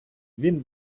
він